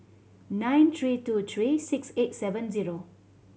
nine three two three six eight seven zero